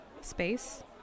space